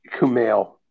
Kumail